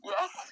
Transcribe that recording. Yes